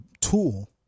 tool